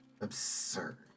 absurd